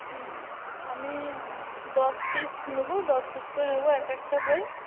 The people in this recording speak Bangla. আমি দশ পিস নেবো দশ পিস করে নেবো একেকটা বই